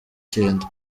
cyenda